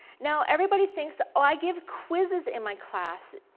now everybody thinks, oh i give quizzes in my class,